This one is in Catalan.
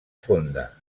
fonda